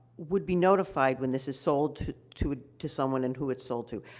would be notified when this is sold to to to someone and who it's sold to.